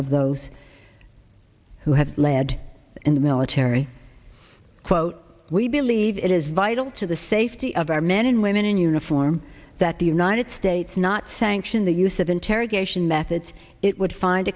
of those who have led in the military quote we believe it is vital to the safety of our men and women in uniform that the united states not sanction the use of interrogation methods it would find